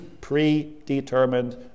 predetermined